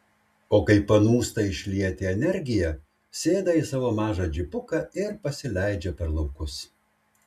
o kai panūsta išlieti energiją sėda į savo mažą džipuką ir pasileidžia per laukus